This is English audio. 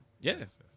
Yes